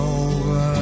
over